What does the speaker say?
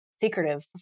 Secretive